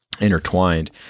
intertwined